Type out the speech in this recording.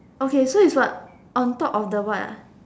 okay so is what on top of the what